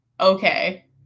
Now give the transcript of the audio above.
Okay